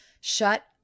shut